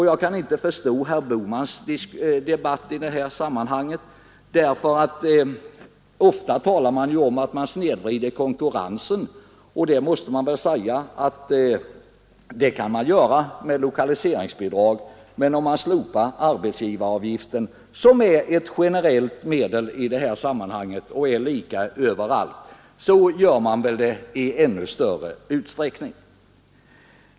Jag kan inte förstå herr Bohmans argumentation i detta sammanhang. Man talar ofta om att man snedvrider konkurrensen. Det kan man kanske göra med lokaliseringsbidrag, men om man slopar arbetsgivaravgiften, som är ett generallt medel och lika överallt, snedvrider man väl konkurrensen i ännu större utsträckning.